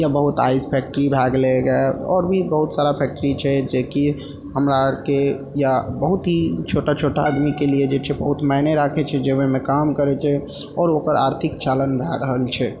या बहुत ice factory भए गेलय गे आओर भी बहुत सारा फैक्टरी छै जे कि हमरा आरके या बहुत ही छोटा छोटा आदमीके लिये जे छै बहुत माइने राखय छै जे ओइमे काम करय छै आओर ओकर आर्थिक चालन भए रहल छै